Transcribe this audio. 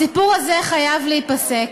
הסיפור הזה חייב להיפסק.